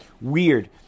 weird